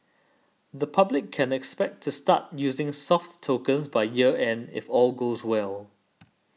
the public can expect to start using soft tokens by year end if all goes well